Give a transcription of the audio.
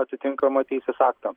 atitinkamą teisės aktą